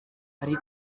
hari